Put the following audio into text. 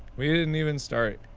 we didn't even start